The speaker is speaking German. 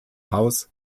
haus